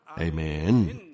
Amen